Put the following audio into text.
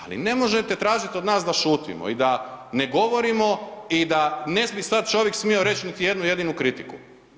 Ali ne možete tražit od nas da šutimo i da ne govorimo i da ne smi sad čovjek smio reć niti jednu jedinu kritiku.